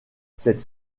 cette